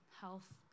health